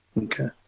Okay